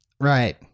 Right